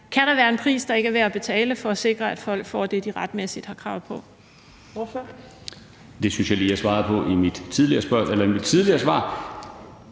Kan der være en pris, der ikke er værd at betale, for at sikre, at folk får det, de retmæssigt har krav på?